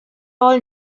all